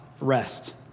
rest